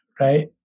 right